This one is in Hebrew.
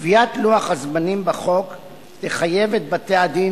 קביעת לוח הזמנים בחוק תחייב את בתי-הדין